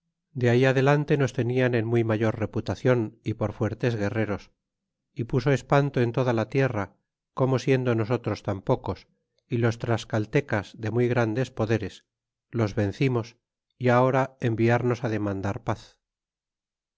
de ahí adelante nos tenian en muy mayor reputacion y por fuertes guerreros y puso espanto en toda la tierra como siendo nosotros tan pocos y los tlascaltecas de muy grandes poderes los vencimos y ahora enviarnos demandar paz